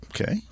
Okay